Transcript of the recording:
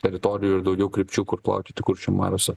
teritorijų ir daugiau krypčių kur plaukioti kuršių mariose